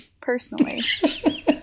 personally